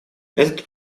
этот